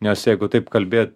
nes jeigu taip kalbėt